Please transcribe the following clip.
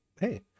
Hey